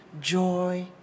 joy